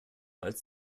als